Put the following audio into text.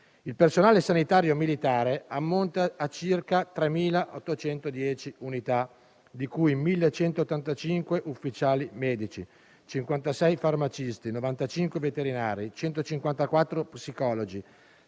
Il personale sanitario militare ammonta a circa 3.810 unità, di cui 1.185 ufficiali medici, 56 farmacisti, 95 veterinari, 154 psicologi,